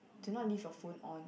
do not leave your phone on